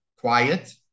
quiet